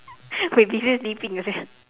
ya we still sleeping sia